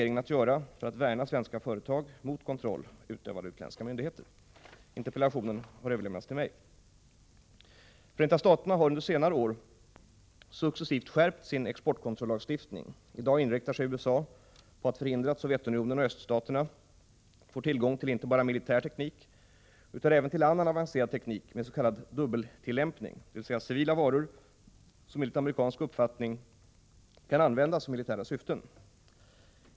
Interpellationen har överlämnats till mig. Förenta Staterna har under senare år successivt skärpt sin exportkontrollagstiftning. I dag inriktar sig USA på att förhindra att Sovjetunionen och öststaterna får tillgång till inte bara militär teknik utan även till annan avancerad teknik med s.k. dubbeltillämpning, dvs. civila varor som enligt amerikansk uppfattning kan användas för militära syften.